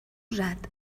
usat